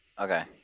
Okay